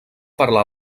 parlar